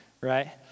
right